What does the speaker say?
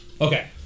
Okay